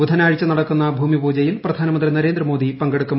ബുധനാഴ്ച നടക്കുന്ന ഭൂമി പൂജയിൽ പ്രധാനമന്ത്രി നരേന്ദ്രമോദി പങ്കെടുക്കും